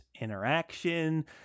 interaction